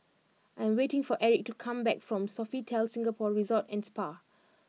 I am waiting for Erik to come back from Sofitel Singapore Resort and Spa